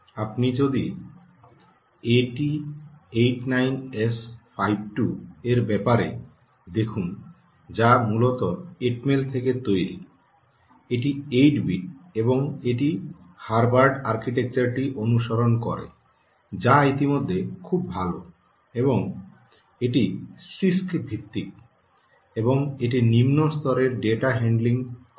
আপনি যদি এটি 89S52 এর ব্যাপার দেখুন যা মূলত এটমেল থেকে তৈরি এটি 8 বিট এবং এটি হার্ভার্ড আর্কিটেকচারটি অনুসরণ করে যা ইতিমধ্যে খুব ভাল এবং এটি সিআইএসসি ভিত্তিক এবং এটি নিম্ন স্তরের ডেটা হ্যান্ডলিং করার জন্য তৈরি